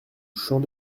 champ